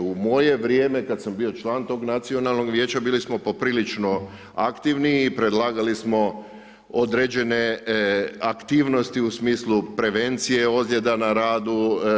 U moje vrijeme kada sam bio član tog Nacionalnog vijeća bili smo poprilično aktivni i predlagali smo određene aktivnosti u smislu prevencije ozljeda na radu.